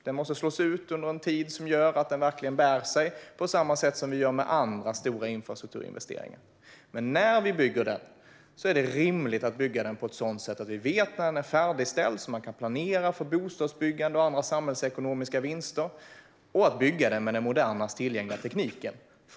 Den måste slås ut under en tid så att den verkligen bär sig, på samma sätt som vi gör med andra stora infrastrukturinvesteringar. Men när vi bygger den är det rimligt att bygga den på ett sådant sätt att vi vet när den är färdigställd, så att man kan planera för bostadsbyggande och andra samhällsekonomiska vinster, och att vi bygger den med den mest moderna tillgängliga tekniken.